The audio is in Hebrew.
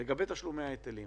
לגבי תשלומי ההיטלים,